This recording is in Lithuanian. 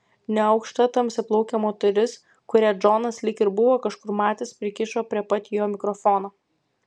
neaukšta tamsiaplaukė moteris kurią džonas lyg ir buvo kažkur matęs prikišo prie pat jo mikrofoną